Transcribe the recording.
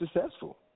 successful